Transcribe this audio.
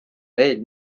veel